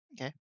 Okay